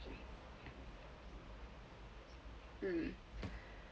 um